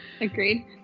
Agreed